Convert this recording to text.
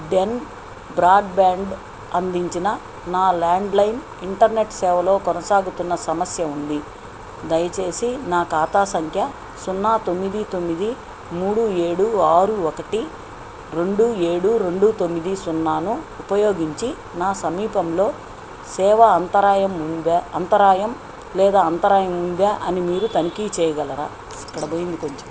den broadband అందించిన నా landline internet సేవలో కొనసాగుతున్న సమస్య ఉంది దయచేసి నా ఖాతా సంఖ్య సున్నా తొమ్మిది తొమ్మిది మూడు ఏడు ఆరు ఒకటి రెండు ఏడు రెండు తొమ్మిది సున్నాను ఉపయోగించి నా సమీపంలో సేవ అంతరాయం ఉందా అంతరాయం లేదా అంతరాయం ఉందా అని మీరు తనిఖీ చేయగలరా